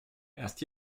erst